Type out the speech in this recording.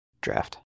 Draft